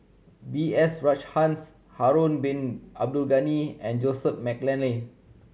B S Rajhans Harun Bin Abdul Ghani and Joseph McNally